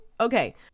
Okay